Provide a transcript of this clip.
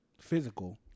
physical